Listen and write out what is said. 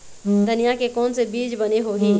धनिया के कोन से बीज बने होही?